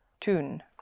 Tun